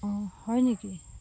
অঁ হয় নেকি